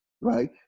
right